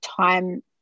time